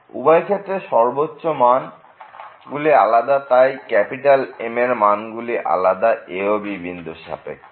উভয় ক্ষেত্রেই সর্বোচ্চ মানগুলি আলাদা তাই M এর মান গুলি আলাদা a ও b বিন্দুর সাপেক্ষে